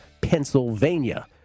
Pennsylvania